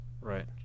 Right